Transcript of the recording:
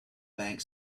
bank